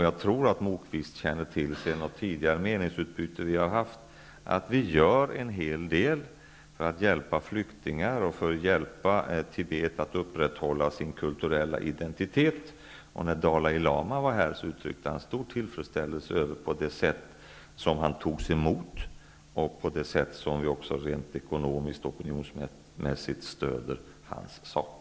Jag tror att Moquist känner till att -- efter något tidigare meningsutbyte vi har haft -- vi gör en hel del för att hjälpa flyktingar och för att hjälpa Tibet att upprätthålla sin kulturella identitet. När Dalai lama var här uttryckte han stor tillfredställse över det sätt på vilket han togs emot och det sätt som vi rent ekonomiskt och opinionsmässigt stöder hans sak.